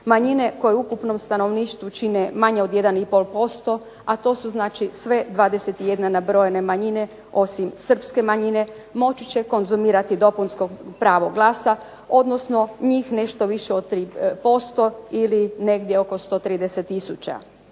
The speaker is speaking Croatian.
manjine koje u ukupnom stanovništvu čine manje od 1,5%, a to su znači sve 21 nabrojane manjine osim Srpske manjine moći će konzumirati dopunsko pravo glasa odnosno njih nešto više od 3% ili negdje oko 130 tisuća,